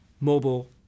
mobile